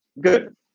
good